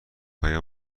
آیا